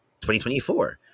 2024